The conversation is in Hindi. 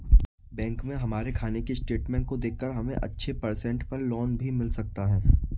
बैंक में हमारे खाने की स्टेटमेंट को देखकर हमे अच्छे परसेंट पर लोन भी मिल सकता है